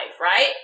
right